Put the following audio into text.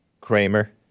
Kramer